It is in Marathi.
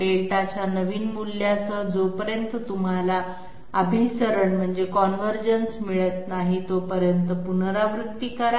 δ च्या या नवीन मूल्यासह जोपर्यंत तुम्हाला अभिसरण मिळत नाही तोपर्यंत पुनरावृत्ती करा